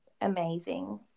amazing